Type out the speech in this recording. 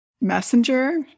messenger